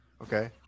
Okay